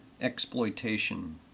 exploitation